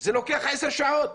זה לוקח עשר שעות.